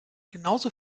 genauso